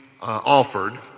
offered